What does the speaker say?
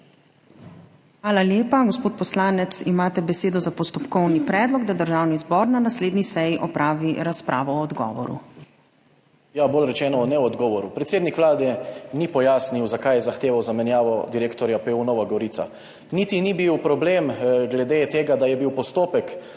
Hvala lepa. Gospod poslanec, imate besedo za postopkovni predlog, da Državni zbor na naslednji seji opravi razpravo o odgovoru. **ŽAN MAHNIČ (PS SDS):** Ja, bolje rečeno, o neodgovoru. Predsednik Vlade ni pojasnil, zakaj je zahteval zamenjavo direktorja PU Nova Gorica. Niti ni bil problem glede tega, da je bil postopek